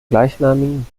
gleichnamigen